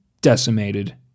decimated